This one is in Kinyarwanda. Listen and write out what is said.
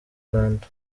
rwanda